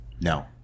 no